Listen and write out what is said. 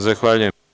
Zahvaljujem.